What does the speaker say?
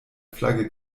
flagge